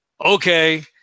Okay